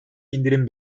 indirim